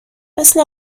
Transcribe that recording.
مثل